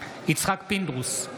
יצחק פינדרוס,